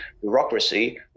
bureaucracy